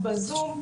בזום,